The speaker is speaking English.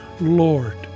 Lord